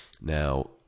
Now